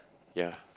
ya